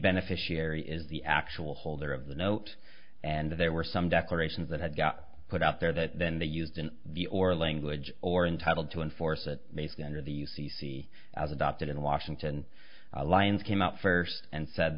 beneficiary is the actual holder of the note and there were some declarations that had got put out there that then they used in the or language or entitled to enforce it they fit under the u c c as adopted in washington alliance came out first and said